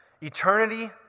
Eternity